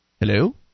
Hello